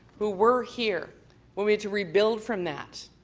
who were here when we had to rebuild from that.